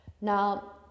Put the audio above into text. now